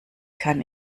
kann